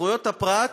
זכויות הפרט,